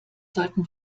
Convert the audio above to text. sollten